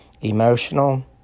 emotional